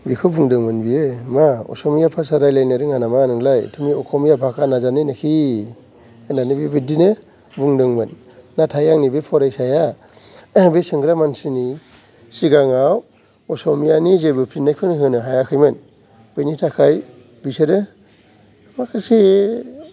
बेखौ बुंदोंमोन बियो मा असमिया भाषा रायलायनो रोङा नामा नोंलाय थुमि असमिया भाषा नाजाने नाखि होननानै बिबादिनो बुंदोंमोन नाथाय आंनि बे फरायसाया बे सोंग्रा मानसिनि सिगाङाव असमियानि जेबो फिननायखौनो होनो हायाखैमोन बिनि थाखाय बिसोरो माखासे